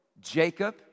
Jacob